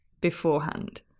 beforehand